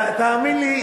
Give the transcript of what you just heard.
תאמין לי,